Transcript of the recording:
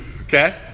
Okay